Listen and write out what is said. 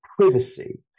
privacy